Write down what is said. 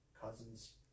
cousins